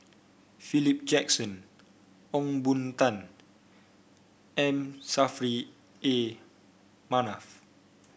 Philip Jackson Ong Boon Tat M Saffri A Manaf